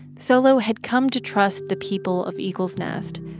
solo had come to trust the people of eagles nest.